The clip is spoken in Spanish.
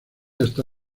hasta